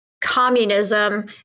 communism